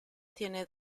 tiene